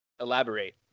elaborate